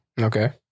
Okay